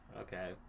Okay